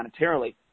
monetarily